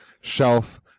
shelf